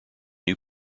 new